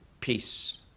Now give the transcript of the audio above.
Peace